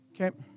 Okay